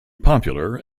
popular